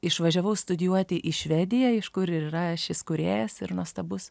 išvažiavau studijuoti į švediją iš kur ir yra šis kūrėjas ir nuostabus